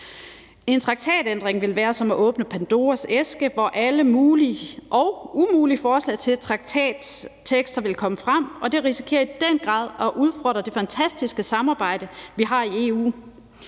En traktatændring ville være som at åbne Pandoras æske, hvor alle mulige og umulige forslag til traktattekster ville komme frem, og det risikerer i den grad at udfordre det fantastiske samarbejde, vi har i EU.